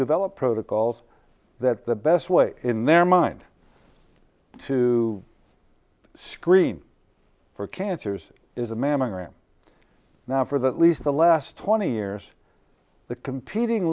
develop protocols that the best way in their mind to screen for cancers is a mammogram now for the at least the last twenty years the competing